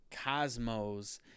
cosmos